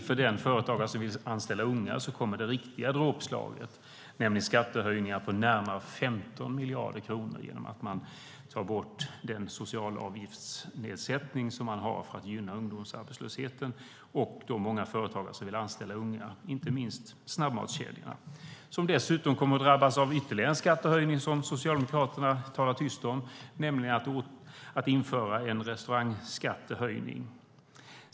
För de företagare som vill anställa unga - inte minst snabbmatskedjor - kommer det riktiga dråpslaget, nämligen skattehöjningar på närmare 15 miljarder kronor genom ett borttagande av den nedsättning av socialavgifterna som finns för att gynna ungdomars möjligheter till arbete. Snabbmatskedjorna kommer dessutom att drabbas av ytterligare en skattehöjning som Socialdemokraterna talar tyst om, nämligen en höjning av restaurangskatten.